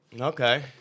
Okay